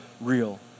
real